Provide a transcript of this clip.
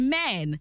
men